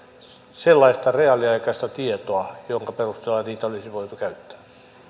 sellaista reaaliaikaista tietoa jonka perusteella niitä olisi voitu käyttää